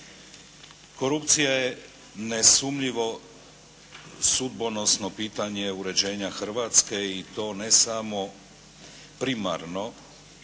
Korupcija je nesumnjivo sudbonosno pitanje uređenja Hrvatske i to ne samo primarno.